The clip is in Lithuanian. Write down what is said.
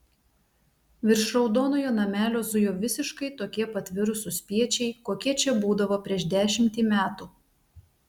virš raudonojo namelio zujo visiškai tokie pat virusų spiečiai kokie čia būdavo prieš dešimtį metų